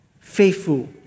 faithful